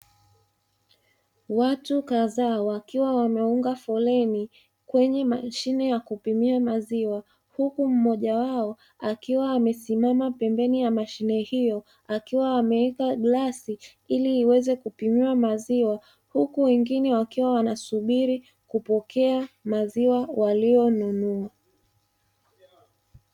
Watu kadhaa wakiwa wameunga foleni kwenye mashine ya kupimia maziwa, huku mmoja wao akiwa amesimama pembeni ya mashine hiyo akiwa ameweka glasi ili iweze kupimiwa maziwa, huku wengine wakiwa wanasubiri kupokea maziwa waliyonunua.